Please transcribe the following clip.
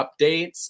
updates